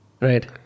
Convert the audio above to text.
Right